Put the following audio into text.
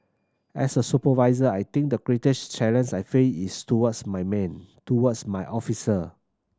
as a supervisor I think the greatest challenge I face is towards my men towards my officer